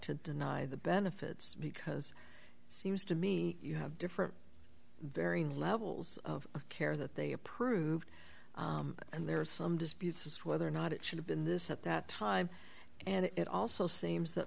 to deny the benefits because it seems to me you have different varying levels of care that they approved and there are some disputes whether or not it should have been this at that time and it also seems that